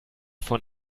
von